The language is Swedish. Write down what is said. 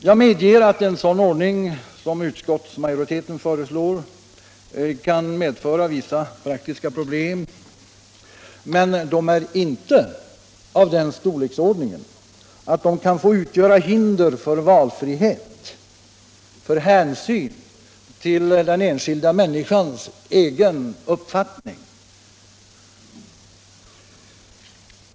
Jag medger att en sådan ordning som den utskottsmajoriteten föreslår kan medföra vissa praktiska problem, men de är inte av den storleksordning att de kan få utgöra hinder för valfrihet och hänsyn till den enskilda människans egen uppfattning.